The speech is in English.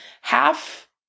half